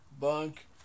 Bunk